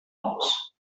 aus